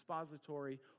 expository